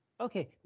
Okay